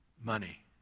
Money